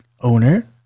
owner